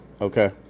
Okay